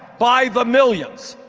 by the millions!